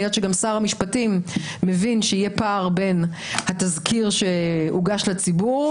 אני יודעת שגם שר משפטים מבין שיהיה פער בין התזכיר שהוגש לציבור,